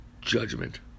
judgment